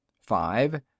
five